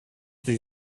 sie